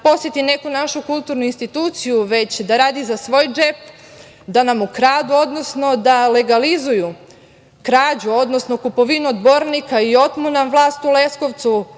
da posete neku našu kulturnu instituciju već da rade za svoj džep, da nam ukradu, odnosno da legalizuju krađu, odnosno kupovinu odbornika i otmu nam vlast u Leskovcu,